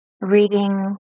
reading